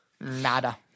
Nada